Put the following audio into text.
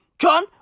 John